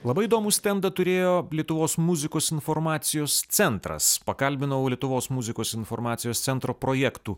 labai įdomų stendą turėjo lietuvos muzikos informacijos centras pakalbinau lietuvos muzikos informacijos centro projektų